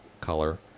color